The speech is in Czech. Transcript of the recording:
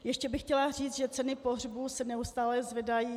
Ještě bych chtěla říci, že ceny pohřbů se neustále zvedají.